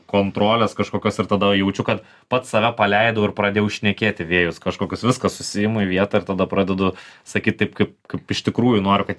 kontrolės kažkokios ir tada jaučiu kad pats save paleidau ir pradėjau šnekėti vėjus kažkokius viskas susiimu į vietą ir tada pradedu sakyt taip kaip kaip iš tikrųjų noriu kad